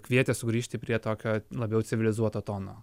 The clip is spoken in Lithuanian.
kvietė sugrįžti prie tokio labiau civilizuoto tono